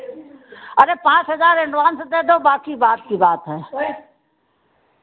अरे पाँच हज़ार एडवान्स दे दो बाँकी बाद की बात है